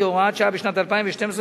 כהוראת שעה בשנת 2012,